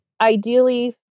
ideally